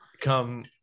come